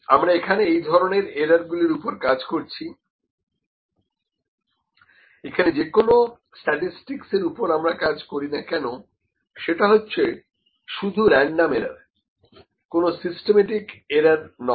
আমরা এখানে এই ধরনের এরর গুলোর উপরে কাজ করছি এখানে যে কোন স্ট্যাটিস্টিক এর উপর আমরা কাজ করি না কেন সেটা হচ্ছে শুধু রেনডম এরর কোন সিস্টেমেটিক এরর নয়